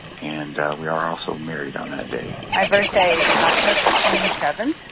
and we are also married on that day my birthday is october twenty seven,